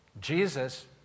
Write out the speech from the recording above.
Jesus